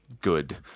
Good